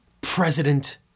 President